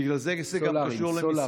בגלל זה זה גם קשור למשרדך,